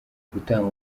gutanga